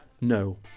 No